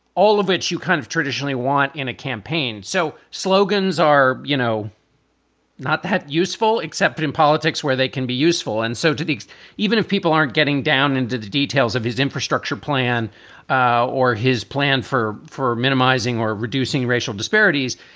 all of which you kind of traditionally want in a campaign. so slogans are you know not that useful except but in politics where they can be useful. and so even if people aren't getting down into the details of his infrastructure plan or his plan for for minimizing or reducing racial disparities,